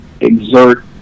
exert